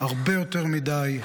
הרבה יותר מדי.